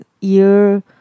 ear